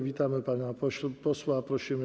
Witamy pana posła, prosimy.